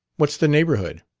what's the neighborhood?